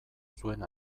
zuen